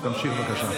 תמשיך, בבקשה.